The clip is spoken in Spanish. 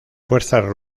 fuerzas